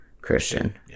Christian